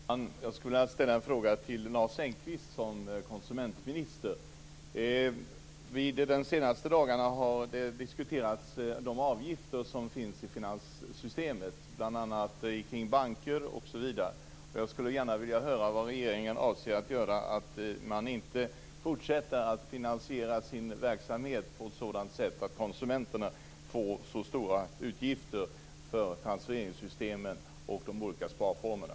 Fru talman! Jag skulle vilja ställa en fråga till konsumentminister Lars Engqvist. De senaste dagarna har avgifterna i finanssystemet diskuterats, bl.a. när det gäller banker. Jag skulle gärna vilja höra vad regeringen avser att göra för att man inte skall fortsätta att finansiera sin verksamhet på ett sådant sätt att konsumenterna får stora utgifter för transfereringssystemen och de olika sparformerna.